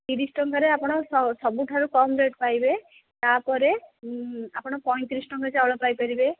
ତିରିଶ ଟଙ୍କାରେ ଆପଣ ସବୁଠାରୁ କମ୍ ରେଟ୍ ପାଇବେ ଏହାପରେ ଆପଣ ପଇଁତିରିଶ ଟଙ୍କା ଚାଉଳ ପାଇପାରିବେ